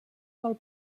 del